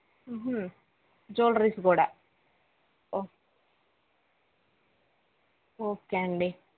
jewelleries కూడా ఓ okay అండి